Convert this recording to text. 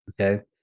okay